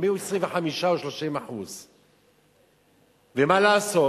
הם יהיו 25% או 30%. ומה לעשות?